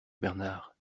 bernard